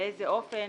באיזה אופן,